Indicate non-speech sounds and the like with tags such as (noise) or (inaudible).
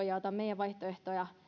(unintelligible) ja ota meidän vaihtoehtojamme